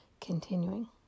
Continuing